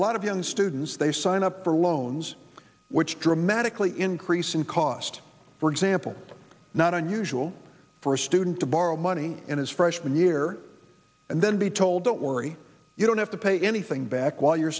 a lot of young students they sign up for loans which dramatically increase in cost for example not unusual for a student to borrow money in his freshman year and then be told don't worry you don't have to pay anything back while you're